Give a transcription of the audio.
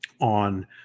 on